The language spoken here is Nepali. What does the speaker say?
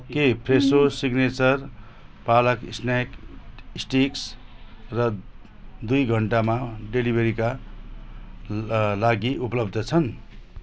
के Fresho signature palak snack sticks र दुई घन्टामा डेलिभरीका लागि उपलब्ध छन्